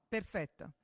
Perfetto